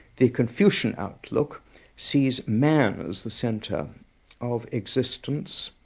the confucian outlook sees man as the centre of existence,